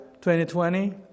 2020